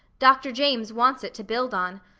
dr. james wants it to build on.